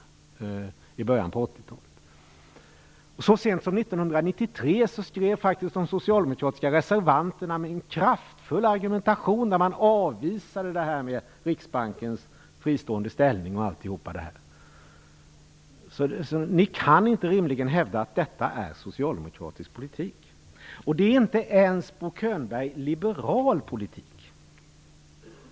Så sent som 1993 avvisade faktiskt de socialdemokratiska reservanterna med en kraftfull argumentation frågan om riksbankens fristående ställning etc. Ni kan inte rimligen hävda att detta är socialdemokratisk politik. Det är, Bo Könberg, inte ens liberal politik.